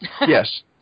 Yes